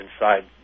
inside